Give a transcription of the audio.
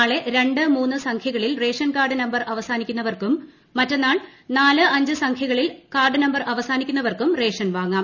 നാളെ രണ്ട് മൂന്ന് സംഖ്യകളിൽ റേഷൻ കാർഡ് നമ്പർ അവസാനിക്കുന്നവർക്കും മറ്റന്നാൾ നാല് അഞ്ച് സംഖ്യകളിൽ കാർഡ് നമ്പർ അവസാനിക്കുന്നവർക്കും റേഷൻ വാങ്ങാം